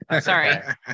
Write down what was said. Sorry